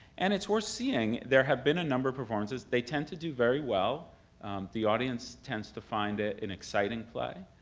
and it's worth seeing. there have been a number of performances. they tend to do very well the audience tends to find it an exciting play.